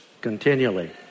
continually